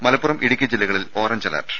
മലപ്പുറം ഇടുക്കി ജില്ലകളിൽ orange alert